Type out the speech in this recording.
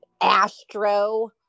Astro